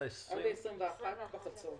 עד 21 לחודש בחצות.